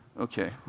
Okay